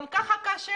גם כך קשה,